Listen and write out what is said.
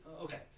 Okay